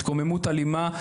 התקוממות אלימה.